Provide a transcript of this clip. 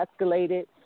escalated